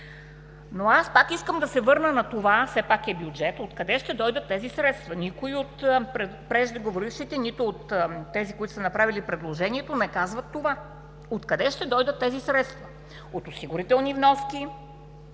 Но аз пак искам да се върна на това, все пак е бюджет, откъде ще дойдат тези средства. Никой от преждеговорившите, нито от тези, които са направили предложението, не казват това – откъде ще дойдат тези средства: от осигурителни вноски,